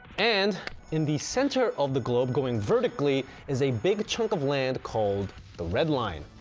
and in the center of the globe going vertically is a big chunk of land called the red line,